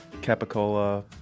capicola